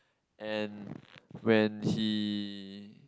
and when he